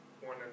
one